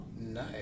Nice